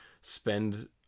spend